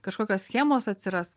kažkokios schemos atsiras